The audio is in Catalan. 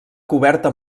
coberta